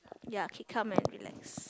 ya keep calm and relax